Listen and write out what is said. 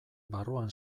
barruan